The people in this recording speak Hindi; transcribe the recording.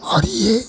और यह